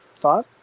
five